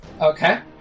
Okay